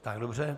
Tak, dobře.